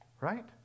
right